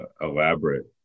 elaborate